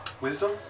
Wisdom